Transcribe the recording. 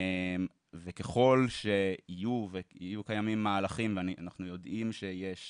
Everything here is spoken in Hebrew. ככל שיהיו ויהיו קיימים מהלכים, ואנחנו יודעים שיש